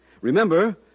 Remember